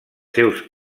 seus